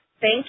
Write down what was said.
thank